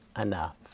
enough